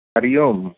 Hari Om